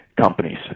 companies